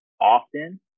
often